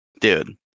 Dude